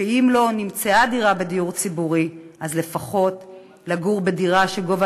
שאם לא נמצאה דירה בדיור ציבורי אז לפחות לגור בדירה שגובה